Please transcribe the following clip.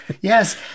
Yes